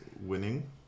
winning